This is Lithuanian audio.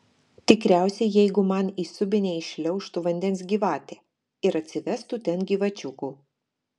tikriausiai jeigu man į subinę įšliaužtų vandens gyvatė ir atsivestų ten gyvačiukų